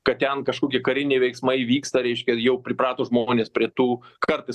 kad ten kažkokie kariniai veiksmai vyksta reiškia jau priprato žmonės prie tų kartais